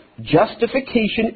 Justification